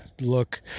look